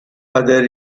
other